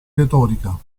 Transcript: retorica